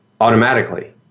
automatically